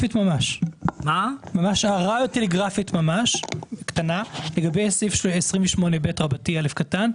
הערה טלגרפית לגבי סעיף 28ב(א).